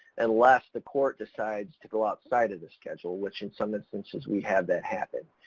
unless the court decides to go outside of the schedule, which in some instances we have that happen.